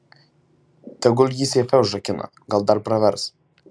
tegul jį seife užrakina gal dar pravers